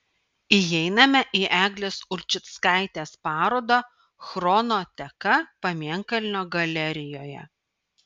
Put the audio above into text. įeiname į eglės ulčickaitės parodą chrono teka pamėnkalnio galerijoje